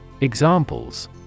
Examples